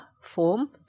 form